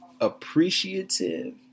appreciative